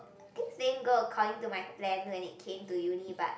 things didn't go according to my plan when it came to uni but